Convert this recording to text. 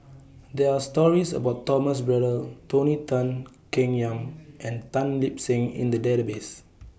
There Are stories about Thomas Braddell Tony Tan Keng Yam and Tan Lip Seng in The Database